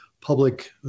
public